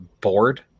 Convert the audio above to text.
bored